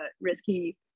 risky